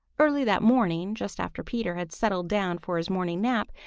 early that morning, just after peter had settled down for his morning nap,